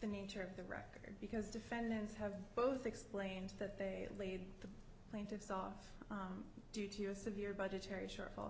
the nature of the record because defendants have both explained that they laid the plaintiffs off due to a severe budgetary shortfall